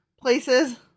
places